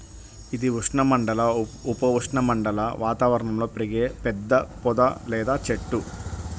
ఇది ఉష్ణమండల, ఉప ఉష్ణమండల వాతావరణంలో పెరిగే పెద్ద పొద లేదా చెట్టు